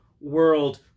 world